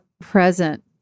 present